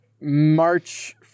March